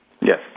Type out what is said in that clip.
yes